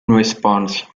response